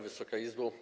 Wysoka Izbo!